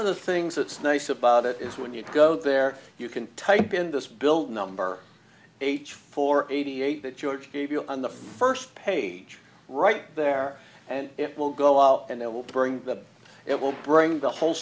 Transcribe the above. of the things that's nice about it is when you go there you can type in this bill number eight for eighty eight that george gave you on the first page right there and it will go out and it will bring that it will bring the whole